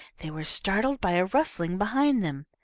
they were startled by a rustling behind them.